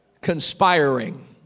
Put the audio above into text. conspiring